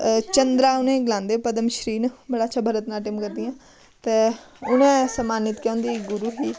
चंद्रा उ'नेंगी गलांदे पद्मश्री न बड़ा अच्छा भरत नाट्यम करदियां ते उ'नें सम्मानत कीता उं'दी गुरू ही